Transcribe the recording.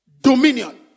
dominion